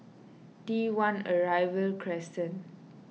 T one Arrival Crescent